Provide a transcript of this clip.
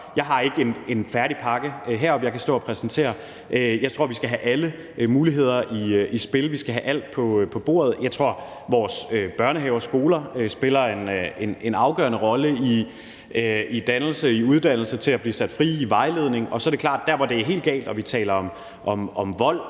Jeg har ikke en færdig pakke her, som jeg kan stå og præsentere. Jeg tror, vi skal have alle muligheder i spil. Vi skal have alt på bordet. Jeg tror, at vores børnehaver og skoler spiller en afgørende rolle i dannelse og uddannelse i forhold til at blive sat fri og i forhold til vejledning. Så er det klart, at der, hvor det er helt galt og vi taler om vold